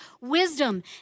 wisdom